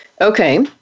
okay